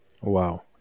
Wow